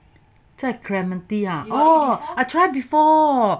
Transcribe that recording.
在 clementi ah oh I try before